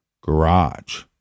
garage